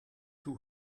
too